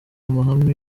amahame